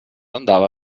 andava